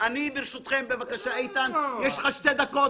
ברשותכם, איתן יש לך שתי דקות.